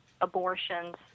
abortions